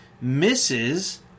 misses